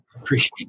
appreciate